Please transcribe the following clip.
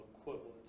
equivalent